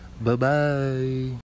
Bye-bye